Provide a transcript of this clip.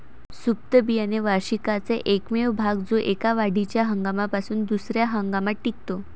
सुप्त बियाणे वार्षिकाचा एकमेव भाग जो एका वाढीच्या हंगामापासून दुसर्या हंगामात टिकतो